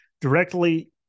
directly